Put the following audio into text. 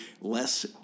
less